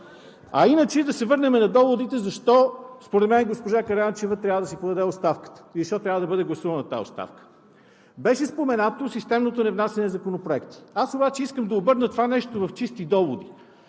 А иначе да се върнем на доводите защо според мен госпожа Караянчева трябва да си подаде оставката и защо трябва да бъде гласувана тази оставка. Беше споменато системното невнасяне на законопроекти. Аз обаче искам да обърна това нещо в чисти доводи.